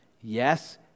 Yes